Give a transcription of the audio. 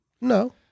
No